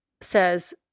says